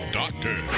doctor